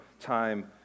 time